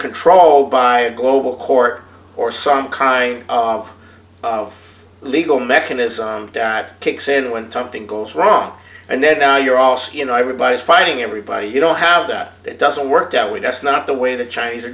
controlled by a global court or some kind of legal mechanism that kicks in when time thing goes wrong and then now you're also you know everybody's fighting everybody you don't have that doesn't work down with us not the way the chinese are